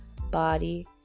body